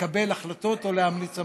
לקבל החלטות או להמליץ המלצות.